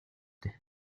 дээ